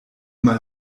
mal